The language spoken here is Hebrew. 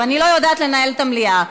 ואני לא יודעת לנהל את המליאה.